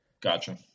Gotcha